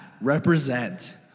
represent